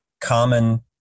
common